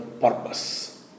purpose